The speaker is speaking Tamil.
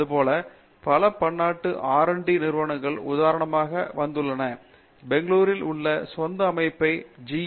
இதேபோல் பல பன்னாட்டு ஆர் டி நிறுவனங்கள் உதாரணமாக வந்துள்ளன பெங்களூரில் தங்கள் சொந்த அமைப்பை ஜி